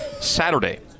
Saturday